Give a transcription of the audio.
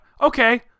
okay